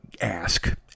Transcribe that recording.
ask